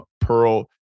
Pearl